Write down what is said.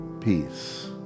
peace